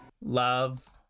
love